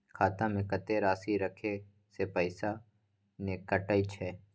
खाता में कत्ते राशि रखे से पैसा ने कटै छै?